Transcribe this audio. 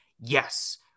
yes